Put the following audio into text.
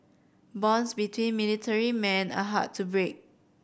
bonds between military men are hard to break